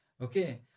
Okay